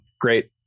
great